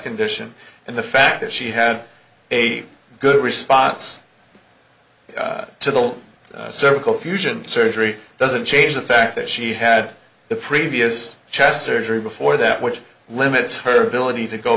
condition and the fact that she had a good response to the all cervical fusion surgery doesn't change the fact that she had the previous chest surgery before that which limits her ability to go